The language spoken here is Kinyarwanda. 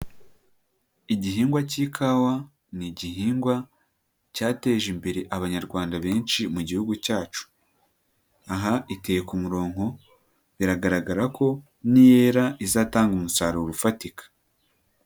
Igihingwa k'ikawa, ni igihingwa cyateje imbere abanyarwanda benshi mu gihugu cyacu. Aha iteye ku muronko, biragaragara ko niyera izatanga umusaruro ufatika.